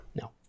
no